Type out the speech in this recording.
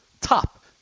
top